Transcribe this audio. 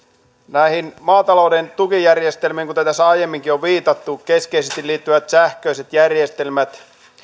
näihin maatalouden tukijärjestelmiin kuten tässä aiemminkin on viitattu keskeisesti liittyvät sähköiset järjestelmät